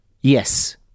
Yes